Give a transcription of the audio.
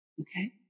okay